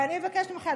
ואני מבקשת ממך,